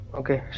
okay